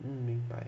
mm 明白